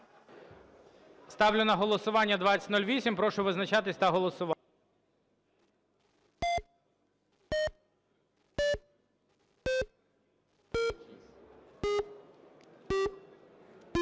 Ставлю на голосування 2044. Прошу визначатись та голосувати.